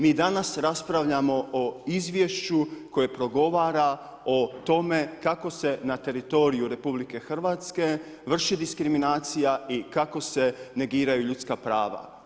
Mi danas raspravljamo o izvješću koje progovara o tome kako se na teritoriju RH vrši diskriminacija i kako se negiraju ljudska prava.